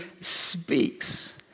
speaks